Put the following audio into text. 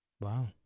Wow